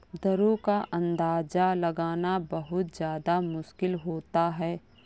दरों का अंदाजा लगाना बहुत ज्यादा मुश्किल होता है